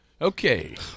Okay